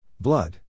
Blood